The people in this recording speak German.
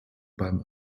beim